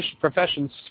professions